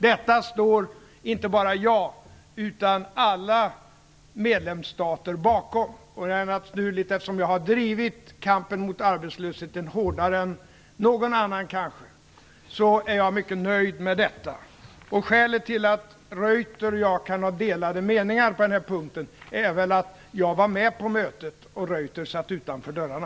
Detta står inte bara jag bakom, utan det gör alla medlemsstater. Det är naturligt, eftersom jag kanske har drivit kampen mot arbetslösheten hårdare än någon annan. Således är jag mycket nöjd med detta. Skälet till att Reuter och jag kan ha delade meningar på den här punkten är väl att jag var med på mötet, medan Reuter satt utanför dörrarna.